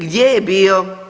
Gdje je bio?